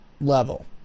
level